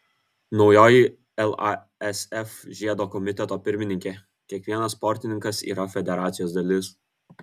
naujoji lasf žiedo komiteto pirmininkė kiekvienas sportininkas yra federacijos dalis